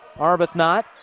Arbuthnot